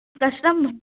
कष्टं